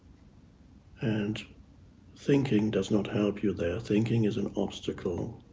and thinking does not help you there, thinking is an obstacle.